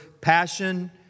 passion